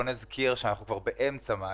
אנחנו נמצאים עכשיו באמצע מאי.